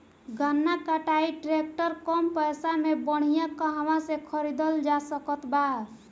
गन्ना कटाई ट्रैक्टर कम पैसे में बढ़िया कहवा से खरिदल जा सकत बा?